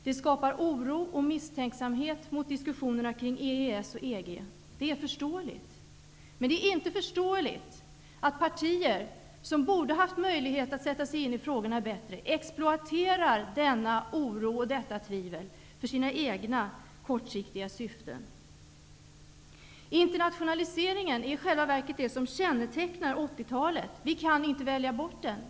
Det skapar oro och misstänksamhet mot diskussionerna kring EES och EG. Det är förståeligt. Men det är inte förståeligt att partier som borde haft möjlighet att bättre sätta sig in i frågorna exploaterar denna oro och detta tvivel för sina egna kortsiktiga syften. Internationaliseringen är i själva verket det som kännetecknar 80-talet. Vi kan inte välja bort den.